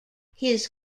his